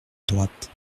droite